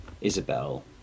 Isabel